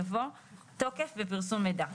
יבוא: תוקף בפרסום מידע.